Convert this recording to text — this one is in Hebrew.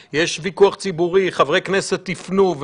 חריג חייב להיות תחת פיקוח ובקרה.